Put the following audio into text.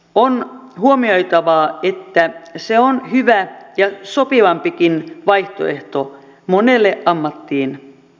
on huomioitava että se on hyvä ja sopivampikin vaihtoehto monelle ammattiin opiskeltaessa